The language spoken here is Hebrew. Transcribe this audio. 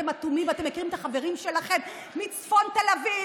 אתם אטומים ואתם מכירים את החברים שלכם מצפון תל אביב